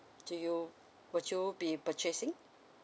do you would you be purchasing